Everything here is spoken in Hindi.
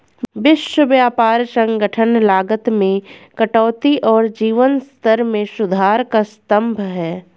विश्व व्यापार संगठन लागत में कटौती और जीवन स्तर में सुधार का स्तंभ है